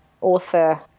author